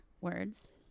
words